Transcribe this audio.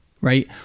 right